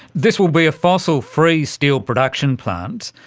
this will be a fossil-free steel production plant,